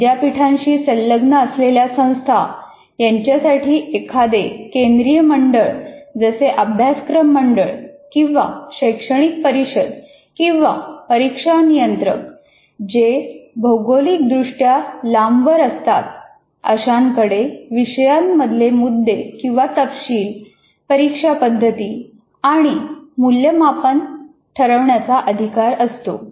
विद्यापीठांशी संलग्न असलेल्या संस्था यांच्यासाठी एखादे केंद्रीय मंडळ जसे अभ्यासक्रम मंडळ किंवा शैक्षणिक परिषद किंवा परीक्षा नियंत्रक जे भौगोलिक दृष्ट्या लांबवर असतात अशांकडे विषयांमधले मुद्दे किंवा तपशील परीक्षा पद्धती आणि मूल्यमापन ठरवण्याचा अधिकार असतो